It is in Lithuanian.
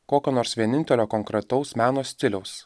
kokio nors vienintelio konkretaus meno stiliaus